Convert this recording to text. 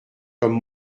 comme